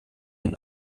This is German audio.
ihn